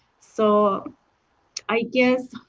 so i guess